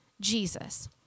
Jesus